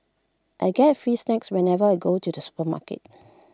I get free snacks whenever I go to the supermarket